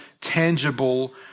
tangible